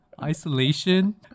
Isolation